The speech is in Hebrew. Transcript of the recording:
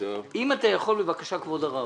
אם אתה יכול, בבקשה, כבוד הרב,